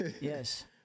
Yes